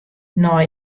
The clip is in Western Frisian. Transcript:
nei